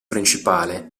principale